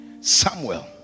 Samuel